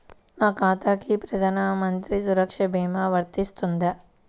నా ఖాతాకి ప్రధాన మంత్రి సురక్ష భీమా వర్తిస్తుందా?